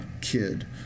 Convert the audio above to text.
kid